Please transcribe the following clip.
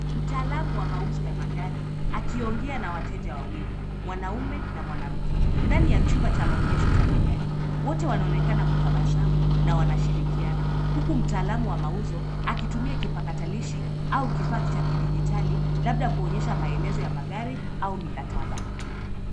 Mtaalamu wa mauzo ya magari akiongea na wateja wawili, mwanaume na mwanamke ndani ya chumba cha maonyesho cha magari. Wote wanaonekan kutabasamu na wanashirikiana, huku mtaala,u wa mauzo akitumia kipakatalishi au kifaa cha kidijitali labda kuonyesha maelezo ya magari au mikataba.